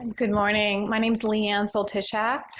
good morning. my name is leigh ann soltysiak.